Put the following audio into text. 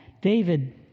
David